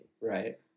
Right